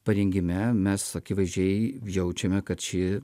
parengime mes akivaizdžiai jaučiame kad ši